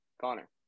Connor